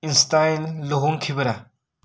Einstein ꯂꯨꯍꯣꯡꯈꯤꯕꯔ